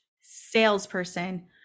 salesperson